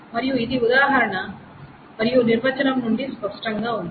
మరియు ఇది ఉదాహరణ మరియు నిర్వచనం నుండి స్పష్టంగా ఉంది